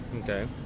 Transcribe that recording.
Okay